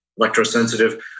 electrosensitive